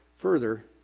further